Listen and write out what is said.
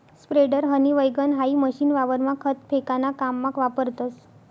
spreader, हनी वैगण हाई मशीन वावरमा खत फेकाना काममा वापरतस